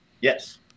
Yes